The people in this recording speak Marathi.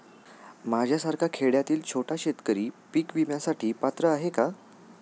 माझ्यासारखा खेड्यातील छोटा शेतकरी पीक विम्यासाठी पात्र आहे का?